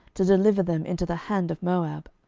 to deliver them into the hand of moab!